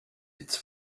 its